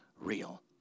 real